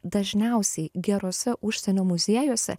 dažniausiai geruose užsienio muziejuose